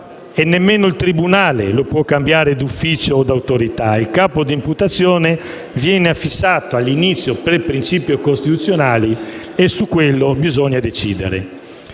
Nemmeno il tribunale lo può cambiare d'ufficio o d'autorità. Il capo di imputazione viene fissato all'inizio per principio costituzionale e su quello bisogna decidere.